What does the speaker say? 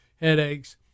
headaches